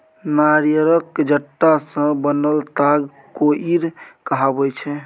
नारियरक जट्टा सँ बनल ताग कोइर कहाबै छै